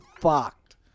fucked